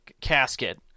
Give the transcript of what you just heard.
casket